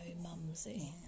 mumsy